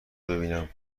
ببینم